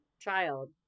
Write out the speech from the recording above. child